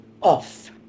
off